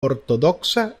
ortodoxa